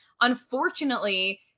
unfortunately